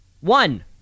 One